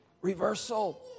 reversal